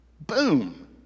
Boom